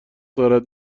دارد